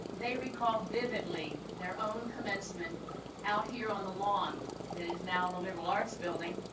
they recall vividly their own commencement out here on the lawn that is now the liberal arts building